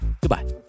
Goodbye